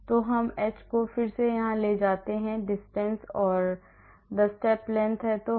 तो हम एच को फिर से यहां ले जाते हैं distance or the step length है